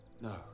No